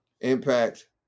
impact